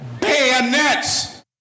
bayonets